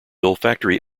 olfactory